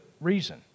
reason